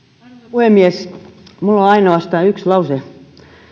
puhemies minulla on ainoastaan yksi lause